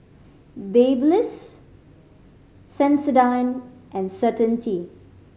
Babyliss Sensodyne and Certainty